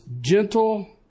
gentle